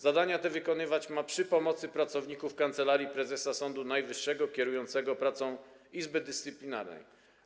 Zadania te wykonywać ma przy pomocy pracowników Kancelarii Prezesa Sądu Najwyższego kierującego pracą Izby Dyscyplinarnej.